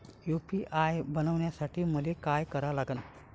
UPI बनवासाठी मले काय करा लागन?